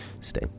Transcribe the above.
stay